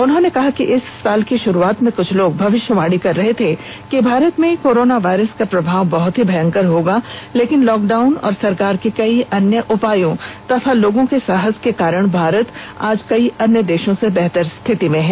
उन्होंने कहा कि इस साल की शुरूआत में कुछ लोग भविष्यवाणी कर रहे थे कि भारत में कोरोना वायरस का प्रभाव बहत ही भयंकर होगा लेकिन लॉकडाउन और सरकार के कई अन्य उपायों तथा लोगों के साहस के कारण भारत आज कई अन्य देशों से बेहतर स्थिति में है